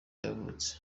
yavutse